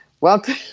welcome